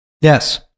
Yes